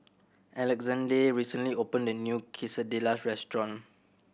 Alexande recently opened a new Quesadillas restaurant